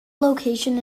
locations